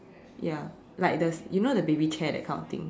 ya like the you know the baby chair that kind of thing